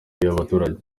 y’abaturage